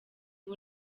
ubu